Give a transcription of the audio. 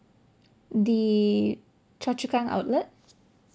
the choa chu kang outlet